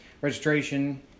registration